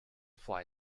fly